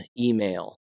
email